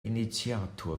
initiator